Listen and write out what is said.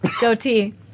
goatee